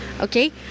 Okay